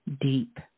deep